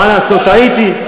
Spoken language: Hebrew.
מה לעשות, טעיתי.